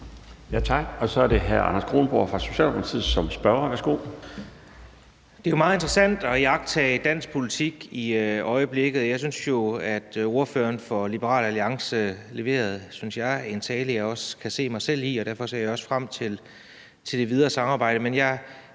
Tak. Så er det hr. Anders Kronborg fra Socialdemokratiet som spørger. Værsgo. Kl. 16:52 Anders Kronborg (S): Det er jo meget interessant at iagttage dansk politik i øjeblikket, og jeg synes, at ordføreren for Liberal Alliance leverede en tale, jeg også kan se mig selv i. Derfor ser jeg også frem til det videre samarbejde.